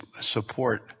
support